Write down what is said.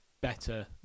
better